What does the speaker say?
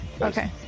okay